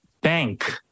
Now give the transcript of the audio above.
bank